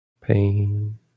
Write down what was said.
pain